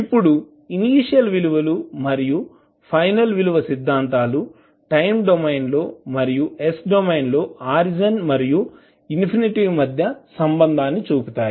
ఇప్పుడు ఇనీషియల్ విలువలు మరియు ఫైనల్ విలువ సిద్ధాంతాలు టైమ్ డొమైన్లో మరియు s డొమైన్లో ఆరిజిన్ మరియు ఇన్ఫినిటీ మధ్య సంబంధాన్ని చూపుతాయి